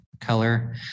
color